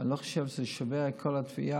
אני לא חושב שזה שווה את כל התביעה.